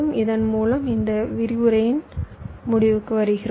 இதன் மூலம் இந்த விரிவுரையின் முடிவுக்கு வருகிறோம்